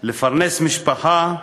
לפרנס משפחה,